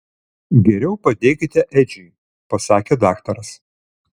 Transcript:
geriau padėkime edžiui pasakė daktaras